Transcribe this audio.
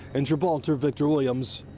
in gibraltar, victor williams,